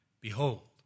Behold